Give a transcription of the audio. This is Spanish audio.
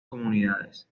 comunidades